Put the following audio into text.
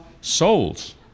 souls